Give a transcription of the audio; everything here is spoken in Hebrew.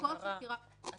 את